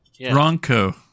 Ronco